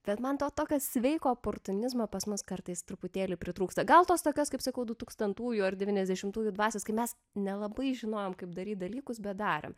bet man to tokio sveiko oportunizmo pas mus kartais truputėlį pritrūksta gal tos tokios kaip sakau dutūkstantųjų ar devyniasdešimtųjų dvasios kai mes nelabai žinojom kaip daryt dalykus bet darėm